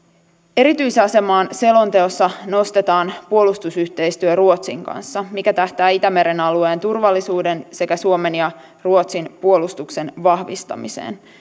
erityisasemaan selonteossa nostetaan puolustusyhteistyö ruotsin kanssa mikä tähtää itämeren alueen turvallisuuden sekä suomen ja ruotsin puolustuksen vahvistamiseen